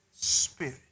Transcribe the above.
spirit